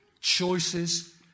choices